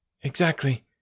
Exactly